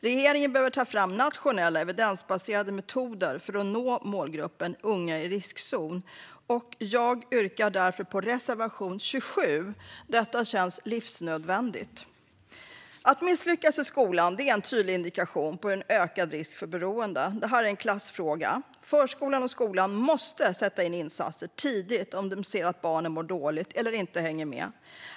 Regeringen behöver ta fram nationella evidensbaserade metoder för att nå målgruppen unga i riskzon. Jag yrkar därför bifall till reservation 27. Detta känns livsnödvändigt. Att misslyckas i skolan är en tydlig indikation på en ökad risk för beroende. Det är en klassfråga. Förskolan och skolan måste sätta in insatser tidigt om de ser att barnen mår dåligt eller inte hänger med.